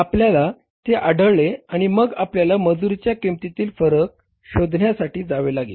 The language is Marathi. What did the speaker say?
आपल्याला ते आढळले आणि मग आपल्याला मजुरीच्या किंमतीतील फरक शोधण्यासाठी जावे लागले